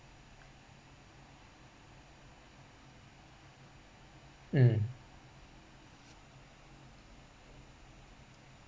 um